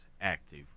active